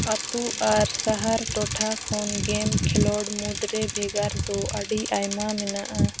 ᱟᱛᱳ ᱟᱨ ᱥᱟᱦᱟᱨ ᱴᱚᱴᱷᱟ ᱠᱷᱚᱱ ᱜᱮᱢ ᱠᱷᱮᱞᱳᱰ ᱢᱩᱫᱽᱨᱮ ᱵᱷᱮᱜᱟᱨ ᱫᱚ ᱟᱹᱰᱤ ᱟᱭᱢᱟ ᱢᱮᱱᱟᱜᱼᱟ